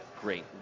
Great